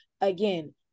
again